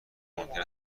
ممکن